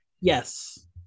Yes